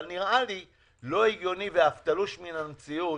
אבל נראה לי לא הגיוני ואף תלוש מן המציאות